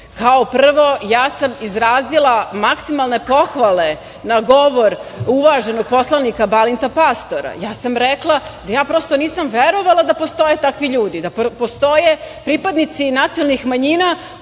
Prvo, ja sam izrazila maksimalne pohvale na govor uvaženog poslanika Balinta Pastora. Ja sam rekla da, prosto, nisam verovala da postoje takvi ljudi, da postoje pripadnici nacionalnih manjina